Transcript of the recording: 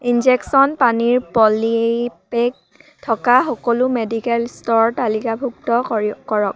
injection পানীৰ polypack থকা সকলো মেডিকেল ষ্ট'ৰ তালিকাভুক্ত কৰক